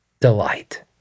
delight